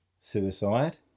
suicide